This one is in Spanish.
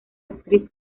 actriz